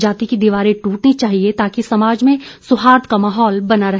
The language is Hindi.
जाति की दीवारें टूटनी चाहिए ताकि समाज में सौहार्द का माहौल बना रहे